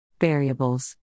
Variables